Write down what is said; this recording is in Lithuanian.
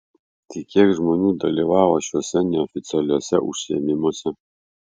tai kiek žmonių dalyvavo šiuose neoficialiuose užsiėmimuose